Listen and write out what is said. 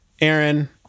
Aaron